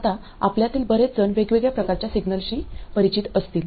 आता आपल्यातील बरेच जण वेगवेगळ्या प्रकारच्या सिग्नलशी परिचित असतील